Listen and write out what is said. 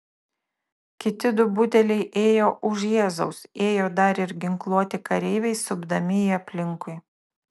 kiti du budeliai ėjo už jėzaus ėjo dar ir ginkluoti kareiviai supdami jį aplinkui